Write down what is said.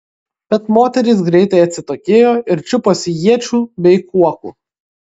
bet moterys greitai atsitokėjo ir čiuposi iečių bei kuokų